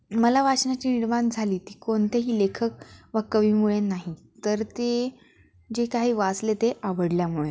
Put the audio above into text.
मला वाचनाची निर्माण झाली ती कोणतेही लेखक व कवीमुळे नाही तर ती जे काही वाचले ते आवडल्यामुळे